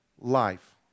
life